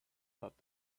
thought